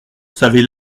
savait